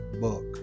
book